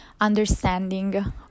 understanding